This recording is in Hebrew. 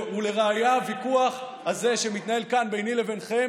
ולראיה הוויכוח הזה שמתנהל כאן ביני לביניכם